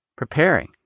preparing